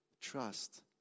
trust